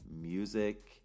music